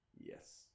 Yes